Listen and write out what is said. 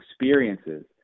experiences